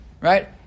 Right